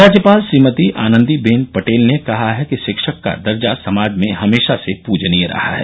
राज्यपाल श्रीमती आनन्दी बेन पटेल ने कहा है कि शिक्षक का दर्जा समाज में हमेशा से पृज्यनीय रहा है